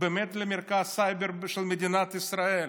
באמת למרכז סייבר של מדינת ישראל.